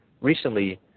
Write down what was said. recently